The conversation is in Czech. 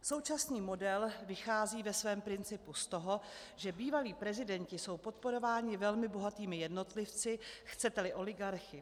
Současný model vychází ve svém principu z toho, že bývalí prezidenti jsou podporováni velmi bohatými jednotlivci, chceteli oligarchy.